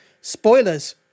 Spoilers